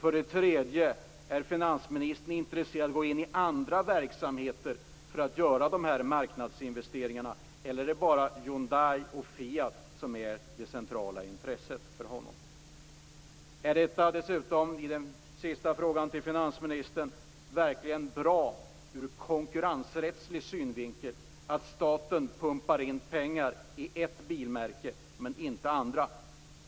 För det tredje: Är finansministern intresserad av att gå in i andra verksamheter för att göra de här marknadsinvesteringarna, eller är det bara Hyundai och Fiat som är det centrala intresset för honom? För det fjärde: Är det verkligen bra ur konkurrensrättslig synvinkel att staten pumpar in pengar i ett bilmärke men inte i andra?